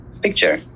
picture